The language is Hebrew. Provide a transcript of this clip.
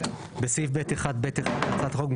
בסעיף (ב1)(ב)(1) להצעת החוק,